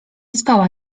spała